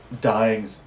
dying